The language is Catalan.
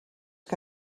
que